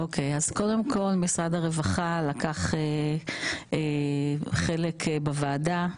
קודם כל, משרד הרווחה לקח חלק בוועדה.